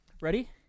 Ready